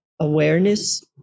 awareness